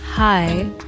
Hi